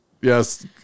Yes